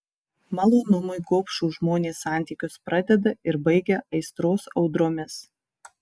malonumui gobšūs žmonės santykius pradeda ir baigia aistros audromis